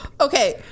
Okay